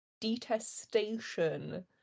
detestation